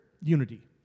unity